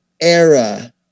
era